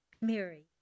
Mary